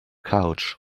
couch